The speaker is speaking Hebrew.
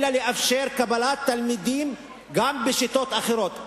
אלא לאפשר קבלת תלמידים גם בשיטות אחרות.